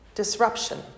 Disruption